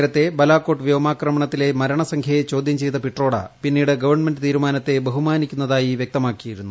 നേത്തെ ബലാക്കോട്ട് വ്യോമാക്രമണത്തിലെ മരണസംഖ്യയെ ചോദ്യം ചെയ്ത പിട്രോഡ പിന്നീട് ഗവൺമെന്റ് തീരുമാനത്തെ ബഹുമാനി ക്കുന്നതായി വൃക്തമാക്കിയിരുന്നു